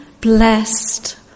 blessed